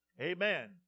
Amen